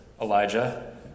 Elijah